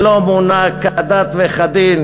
שלא מונה כדת וכדין,